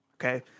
Okay